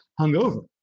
hungover